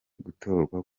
gutorwa